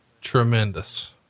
tremendous